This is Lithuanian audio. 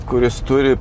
kuris turi